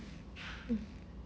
mm